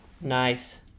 nice